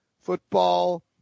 football